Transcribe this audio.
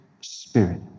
Spirit